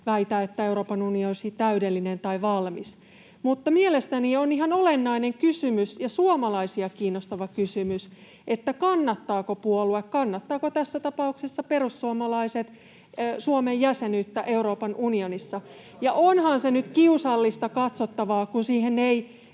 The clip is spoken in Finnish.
väitä, että Euroopan unioni olisi täydellinen tai valmis. Mutta mielestäni on ihan olennainen kysymys ja suomalaisia kiinnostava kysymys, kannattaako puolue, kannattavatko tässä tapauksessa perussuomalaiset, Suomen jäsenyyttä Euroopan unionissa. [Ari Koponen: Vastaako ministeri?] Ja onhan se nyt kiusallista katsottavaa, kun siihen ei